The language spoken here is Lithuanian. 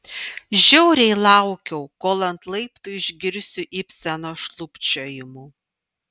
žiauriai laukiau kol ant laiptų išgirsiu ibseno šlubčiojimų